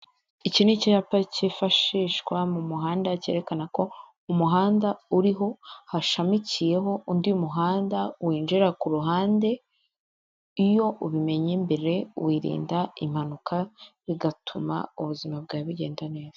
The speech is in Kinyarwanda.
Iki ni icyapa cyifashishwa mu muhanda cyerekana ko umuhanda uriho hashamikiyeho undi muhanda winjira ku ruhande, iyo ubimenye mbere wirinda impanuka bigatuma ubuzima bwawe bugenda neza.